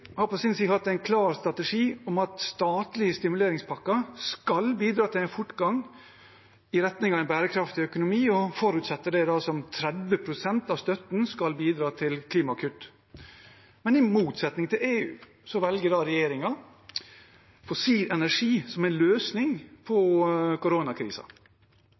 har på sin side hatt en klar strategi om at statlige stimuleringspakker skal bidra til en fortgang i retning av en bærekraftig økonomi, og forutsetter at 30 pst. av støtten skal bidra til klimakutt. Men i motsetning til EU velger regjeringen fossil energi som en løsning på